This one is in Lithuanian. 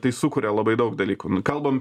tai sukuria labai daug dalykų nu kalbam